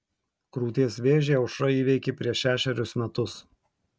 krūties vėžį aušra įveikė prieš šešerius metus